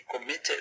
committed